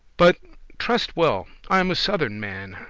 but, truste well, i am a southern man,